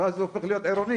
אז הוא הופך להיות עירוני.